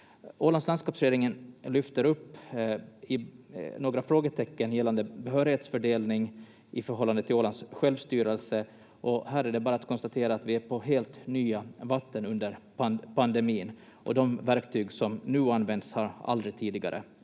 Ålands landskapsregering lyfter upp några frågetecken gällande behörighetsfördelning i förhållande till Ålands självstyrelse, och här är det bara att konstatera att vi är på helt nya vatten under pandemin, och de verktyg som nu används har aldrig tidigare